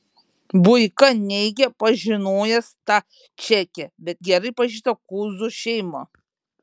buika neigia pažinojęs tą čekę bet gerai pažįsta kuzų šeimą